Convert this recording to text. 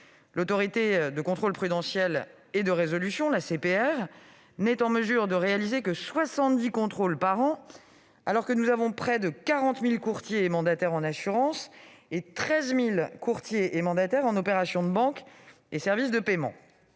L'Autorité de contrôle prudentiel et de résolution (ACPR) n'est en mesure de réaliser que 70 contrôles par an, alors que nous avons près de 40 000 courtiers et mandataires en assurances et 13 000 courtiers et mandataires en opérations de banque et services de paiement.